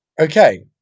Okay